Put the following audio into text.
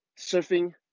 surfing